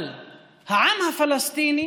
אבל העם הפלסטיני